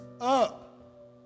up